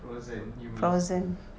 frozen you mean